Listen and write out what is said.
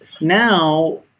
Now